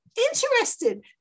interested